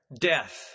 Death